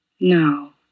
No